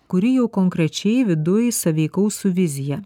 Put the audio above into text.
kuri jau konkrečiai viduj sąveikaus su vizija